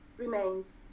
remains